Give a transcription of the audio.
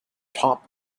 top